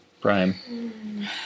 Prime